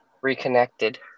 reconnected